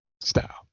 style